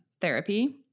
therapy